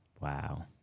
Wow